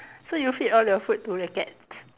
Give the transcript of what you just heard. so you feed all your food to the cats